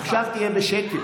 עכשיו תהיה בשקט.